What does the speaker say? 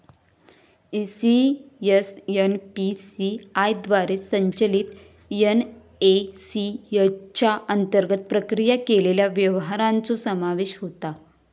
ECS NPCI द्वारे संचलित NACH च्या अंतर्गत प्रक्रिया केलेल्या व्यवहारांचो समावेश होता